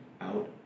out